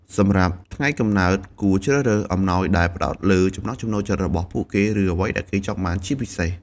សម្រាប់ថ្ងៃកំណើត គួរជ្រើសរើសអំណោយដែលផ្តោតលើ ចំណង់ចំណូលចិត្ត របស់ពួកគេ ឬ អ្វីដែលគេចង់បាន ជាពិសេស។